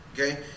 Okay